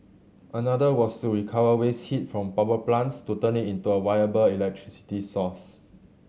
another was to recover waste heat from power plants to turn it into a viable electricity source